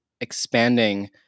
expanding